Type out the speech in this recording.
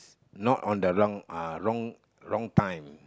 not on the wrong uh wrong wrong time